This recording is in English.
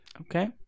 Okay